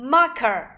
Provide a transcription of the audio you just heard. Marker